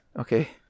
okay